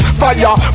fire